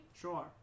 Sure